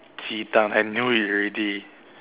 cheetah I knew it already